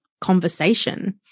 conversation